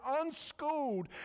unschooled